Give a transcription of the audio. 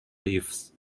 leaves